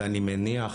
ואני מניח